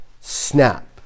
snap